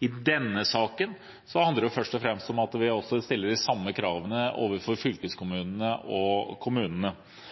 I denne saken handler det først og fremst om å stille de samme kravene overfor fylkeskommunene og kommunene.